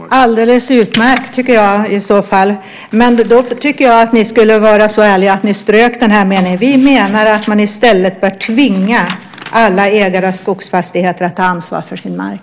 Herr talman! Det är alldeles utmärkt, tycker jag, i så fall. Men då tycker jag att ni skulle vara så ärliga att ni strök den här meningen: "Vi menar att man i stället bör tvinga alla ägare av skogsfastigheter att ta ansvar för sin mark."